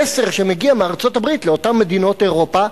המסר שמגיע מארצות-הברית לאותן מדינות אירופה: